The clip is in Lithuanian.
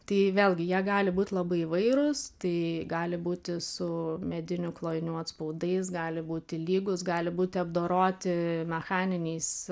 tai vėlgi jie gali būt labai įvairūs tai gali būti su medinių klojinių atspaudais gali būti lygūs gali būti apdoroti mechaniniais